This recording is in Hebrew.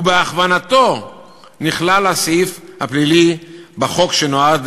ובהכוונתו נכלל הסעיף הפלילי בחוק שנועד